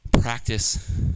Practice